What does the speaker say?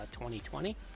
2020